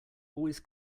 always